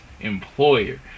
employer